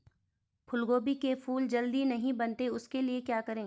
फूलगोभी के फूल जल्दी नहीं बनते उसके लिए क्या करें?